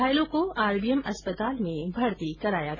घायलों को आरबीएम अस्पताल में भर्ती कराया गया